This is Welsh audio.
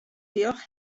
diolch